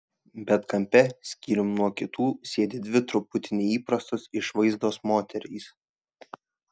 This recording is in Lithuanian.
bet kampe skyrium nuo kitų sėdi dvi truputį neįprastos išvaizdos moterys